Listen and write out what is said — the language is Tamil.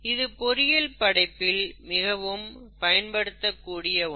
இது பொறியியல் படிப்பில் மிகவும் பயன்படுத்தக்கூடிய ஒன்று